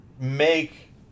make